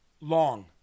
long